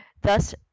thus